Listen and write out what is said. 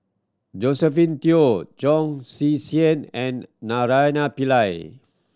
Josephine Teo Chong and Naraina Pillai